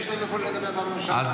יש להם איפה לדבר: בממשלה.